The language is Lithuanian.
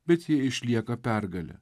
bet ji išlieka pergalė